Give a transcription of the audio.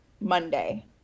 Monday